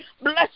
Bless